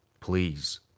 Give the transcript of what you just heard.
Please